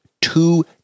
two